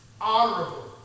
honorable